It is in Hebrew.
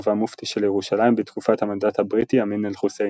והמופתי של ירושלים בתקופת המנדט הבריטי אמין אל-חוסייני.